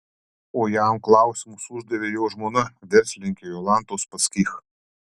o jam klausimus uždavė jo žmona verslininkė jolanta uspaskich